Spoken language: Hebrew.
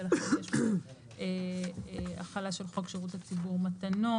ולכן יש לנו החלה של חוק שירות הציבור מתנות,